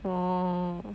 orh